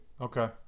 okay